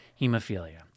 hemophilia